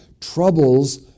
troubles